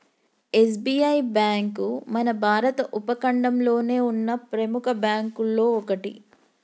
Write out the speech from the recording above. SBI bank మన భారత ఉపఖండంలోనే ఉన్న ప్రెముఖ బ్యేంకుల్లో ఒకటి